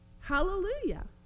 Hallelujah